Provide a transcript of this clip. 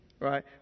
right